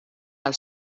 del